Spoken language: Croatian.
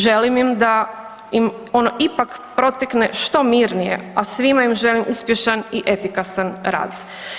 Želim im da ono ipak protekne što mirnije a svima im želim uspješan i efikasan rad.